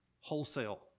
wholesale